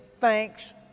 thanks